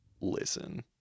listen